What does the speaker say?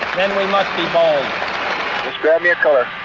then we must be bold! just grab me a color.